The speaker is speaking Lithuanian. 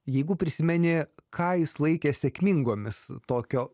jeigu prisimeni ką jis laikė sėkmingomis tokio